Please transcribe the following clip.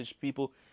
people